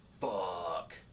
fuck